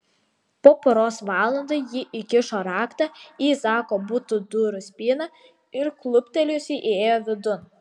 po poros valandų ji įkišo raktą į zako buto durų spyną ir kluptelėjusi įėjo vidun